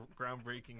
groundbreaking